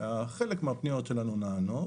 חלק מן הפניות שלנו נענות,